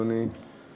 אדוני.